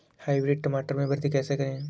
Hybrid टमाटर में वृद्धि कैसे करें?